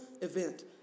event